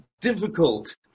difficult